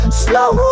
slow